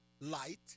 light